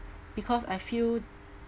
because I feel